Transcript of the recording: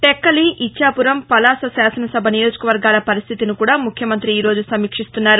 టెక్కలి ఇచ్చాపురం పలాస శాసన సభ నియోజకవర్గాల పరిస్దితిని కూడా ముఖ్యమంతి ఈరోజు సమీక్షిస్తున్నారు